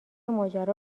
ماجرا